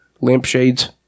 lampshades